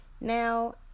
Now